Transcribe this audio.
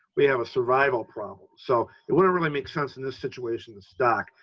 we have a survival problem. so it wouldn't really make sense in this situation to stock.